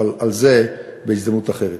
אבל על זה, בהזדמנות אחרת.